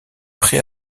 prêt